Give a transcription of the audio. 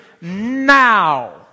Now